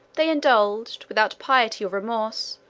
they indulged, without pity or remorse,